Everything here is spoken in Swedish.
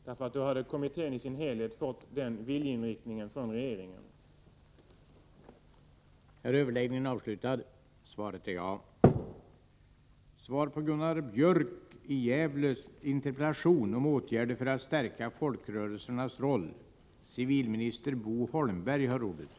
Därigenom hade kommittén i sin helhet fått ta del av den viljeinriktningen från regeringen.